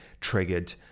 triggered